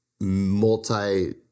multi